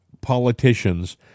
politicians